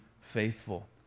faithful